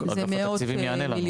זה מאות מיליונים.